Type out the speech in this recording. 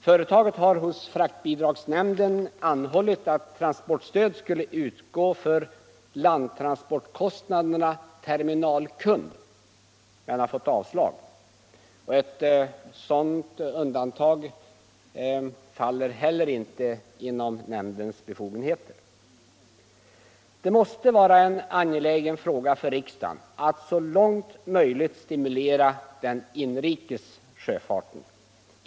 Företaget har hos fraktbidragsnämnden anhållit att transportstöd skulle utgå för landtransportkostnaderna terminal-kund men har fått avslag. Ett sådant undantag faller heller inte inom nämndens befogenheter. Det måste vara en angelägen fråga för riksdagen att så långt möjligt stimulera den inrikes sjöfarten.